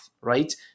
right